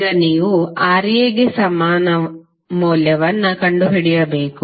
ಈಗ ನೀವು Ra ಗೆ ಸಮಾನ ಮೌಲ್ಯವನ್ನು ಕಂಡುಹಿಡಿಯಬೇಕು